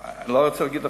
אני לא רוצה להגיד באחוזים,